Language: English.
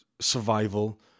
survival